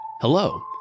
Hello